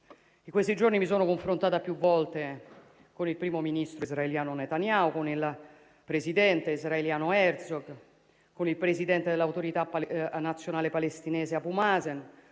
In questi giorni mi sono confrontata più volte con il primo ministro israeliano Netanyahu, con il presidente israeliano Herzog, con il presidente dell'Autorità nazionale palestinese Abu Mazen,